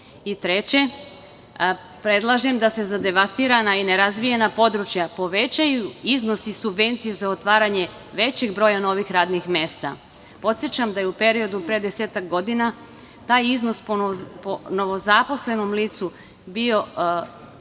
predlažem da se za devastirana i nerazvijena područja povećaju iznosi subvencija za otvaranje većeg broja novih radnih mesta. Podsećam da je u periodu pre desetak godina taj iznos po novozaposlenom licu bio 300.000